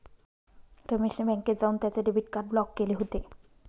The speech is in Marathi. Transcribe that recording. रमेश ने बँकेत जाऊन त्याचे डेबिट कार्ड ब्लॉक केले होते